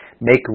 Make